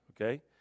okay